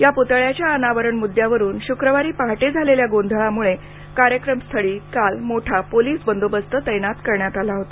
या पुतळ्याच्या अनावरण मुद्द्यावरून शुक्रवारी पहाटे झालेल्या गोंधळामुळं कार्यक्रमस्थळी काल मोठा पोलीस बंदोबस्त तैनात करण्यात आला होता